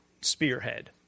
spearhead